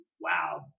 wow